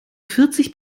vierzig